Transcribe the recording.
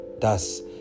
Thus